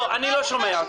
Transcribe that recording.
לא, אני לא שומע אותך.